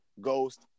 Ghost